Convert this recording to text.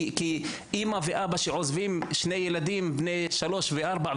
כי אימא ואבא שעוזבים שני ילדים בני שלוש וארבע,